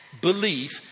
belief